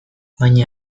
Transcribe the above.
baina